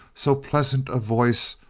so pleasant of voice,